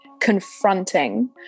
confronting